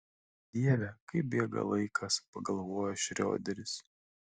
dieve kaip bėga laikas pagalvojo šrioderis